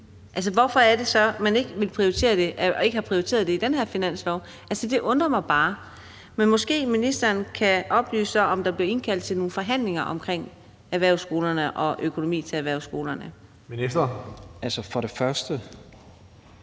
2024? Hvorfor er det så, at man ikke har prioriteret det i den her finanslov? Det undrer mig bare, men måske kan ministeren oplyse, om der bliver indkaldt til nogle forhandlinger om erhvervsskolerne og økonomien for erhvervsskolerne. Kl. 19:33 Tredje